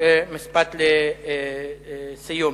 משפט לסיום.